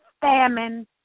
famine